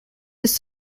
his